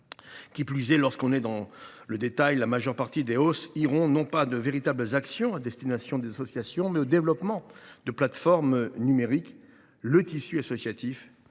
Qui plus est, à les examiner dans le détail, la majeure partie des hausses iront, non pas à de véritables actions à destination des associations, mais au développement de plateformes numériques. Le tissu associatif